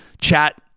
chat